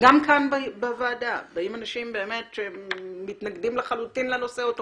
גם כאן בוועדה באים אנשים שמתנגדים לחלוטין לנושא או תומכים.